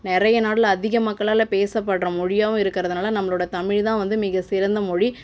நிறைய நாடுல அதிக மக்களால் பேசப்படுற மொழியாகவும் இருக்கிறதுனால நம்மளோடய தமிழ் தான் வந்து மிக சிறந்த மொழி